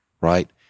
right